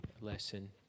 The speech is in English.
lesson